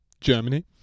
Germany